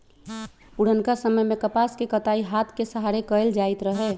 पुरनका समय में कपास के कताई हात के सहारे कएल जाइत रहै